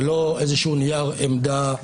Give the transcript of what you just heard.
זה לא איזשהו נייר עמדה.